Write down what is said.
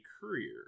courier